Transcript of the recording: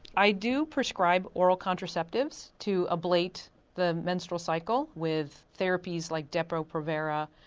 i do prescribe oral contraceptives to ablate the menstrual cycle with therapies like depo provera,